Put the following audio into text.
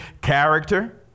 character